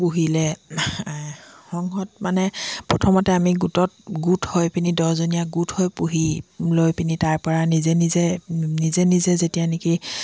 পুহিলে সংঘত মানে প্ৰথমতে আমি গোটত গোট হৈ পিনি দহজনীয়া গোট হৈ পুহি লৈ পিনি তাৰ পৰা নিজে নিজে নিজে নিজে যেতিয়া নেকি